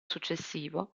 successivo